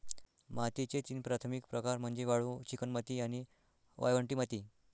मातीचे तीन प्राथमिक प्रकार म्हणजे वाळू, चिकणमाती आणि वाळवंटी माती